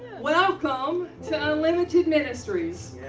welcome to unlimited ministries.